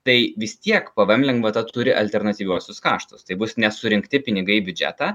tai vis tiek pvm lengvata turi alternatyviuosius kaštus tai bus nesurinkti pinigai į biudžetą